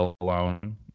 alone